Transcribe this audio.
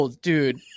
dude